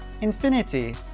Infinity